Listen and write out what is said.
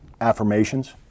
affirmations